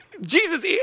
Jesus